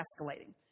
escalating